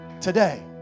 today